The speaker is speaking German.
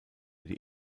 die